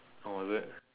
oh is it